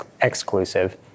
exclusive